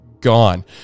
gone